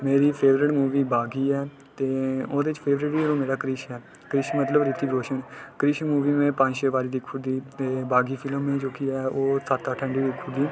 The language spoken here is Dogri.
मेरी फेवरेट मूवी 'भागी' ऐ ते ओह्दे च फेवरेट हिरो मेरा क्रिश ऐ क्रिश मतलब ऋितिक रोशन क्रिश मूवी में पंज छे बारी दिक्खी दी ते भागी फिल्म जोह्की ऐ ओह् सत्त अट्ठ टैम दिक्खी ओड़ी दी